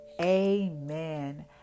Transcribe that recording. Amen